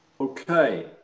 Okay